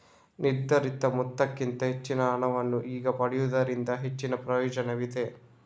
ನಿರ್ಧರಿತ ಮೊತ್ತಕ್ಕಿಂತ ಹೆಚ್ಚಿನ ಹಣವನ್ನು ಈಗ ಪಡೆಯುವುದರಿಂದ ಹೆಚ್ಚಿನ ಪ್ರಯೋಜನವಿದೆ